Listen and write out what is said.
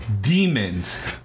Demons